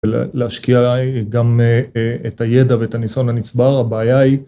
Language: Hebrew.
ולהשקיע עליי גם את הידע ואת הניסון הנצבר, הבעיה היא...